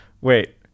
Wait